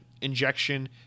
Injection